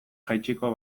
jaitsiko